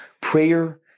Prayer